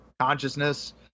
consciousness